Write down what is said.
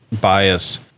bias